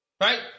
Right